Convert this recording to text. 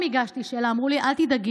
עוד פעם הגשתי שאלה, אמרו לי: אל תדאגי,